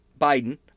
Biden